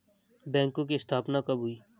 बैंकों की स्थापना कब हुई?